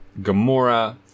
Gamora